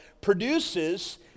produces